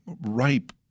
ripe